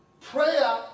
prayer